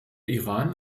iran